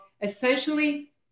essentially